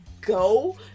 go